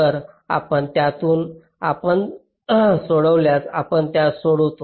तर आपण त्यातून आपण सोडवल्यास आपण त्या सोडवतो